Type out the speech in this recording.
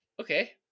Okay